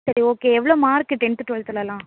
சரி ஓகே எவ்வளோ mark tenth டுவெல்த்துலெலாம்